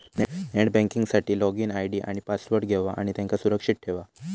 net banking साठी login ID आणि password घेवा आणि त्यांका सुरक्षित ठेवा